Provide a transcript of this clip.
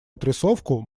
отрисовку